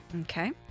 Okay